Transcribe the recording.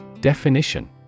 Definition